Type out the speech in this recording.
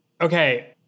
Okay